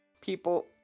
people